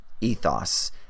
ethos